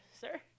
sir